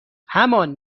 همان